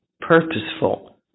purposeful